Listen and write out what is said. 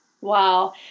wow